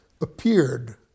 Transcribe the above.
appeared